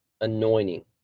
anointing